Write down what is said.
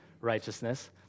righteousness